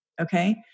Okay